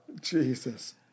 Jesus